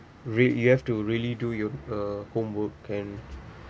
really you have to really do your uh homework and